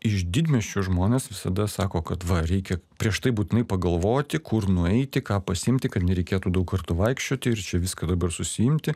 iš didmiesčių žmonės visada sako kad va reikia prieš tai būtinai pagalvoti kur nueiti ką pasiimti kad nereikėtų daug kartų vaikščioti ir čia viską dabar susiimti